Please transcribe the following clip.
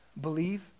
Believe